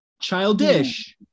childish